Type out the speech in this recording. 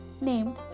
named